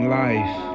life